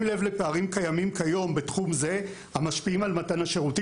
לב לפערים קיימים כיום בתחום זה המשפיעים על מתן השירותים".